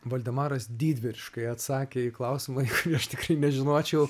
voldemaras didvyriškai atsakė į klausimą į kurį aš tikrai nežinočiau